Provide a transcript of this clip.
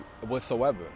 whatsoever